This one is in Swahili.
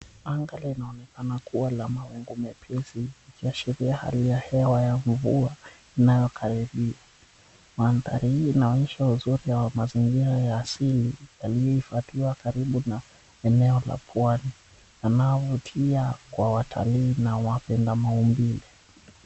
Anga linaonekana kuwa la mawingu mepesi ikiashiria hali ya hewa ya mvua inayokaribia. Maanthari hii inaonyesha uzuri wa mazingira ya asili yaliyohifadhiwa karibu na eneo la pwani yanayovutia kwa watalii na wapenda maumbile.